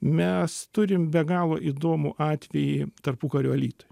mes turim be galo įdomų atvejį tarpukario alytuj